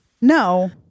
no